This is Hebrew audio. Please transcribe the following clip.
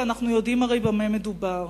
ואנחנו יודעים הרי במה מדובר.